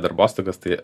darbostogas tai